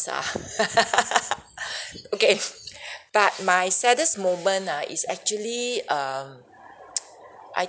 ah okay but my saddest moment ah is actually um I